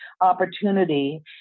opportunity